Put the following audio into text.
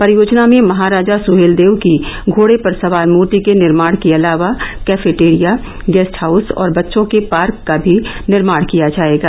परियोजना में महाराजा सुहेलदेव की घोडे पर सवार मूर्ति के निर्माण के अलावा कैफिटेरिया गेस्ट हाउस और बच्चों के पार्क का भी निर्माण किया जायेगा